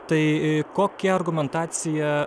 tai kokia argumentacija